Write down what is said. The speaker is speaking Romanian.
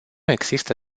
există